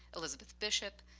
elizabeth bishop,